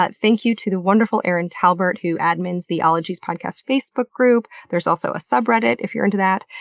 but thank you to the wonderful erin talbert who admins the ologies podcast facebook group. there's also a subreddit, if you're into that.